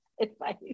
advice